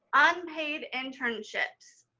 unpaid internships,